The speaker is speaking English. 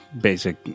basic